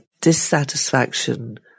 dissatisfaction